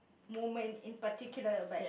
moment in particular but